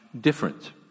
different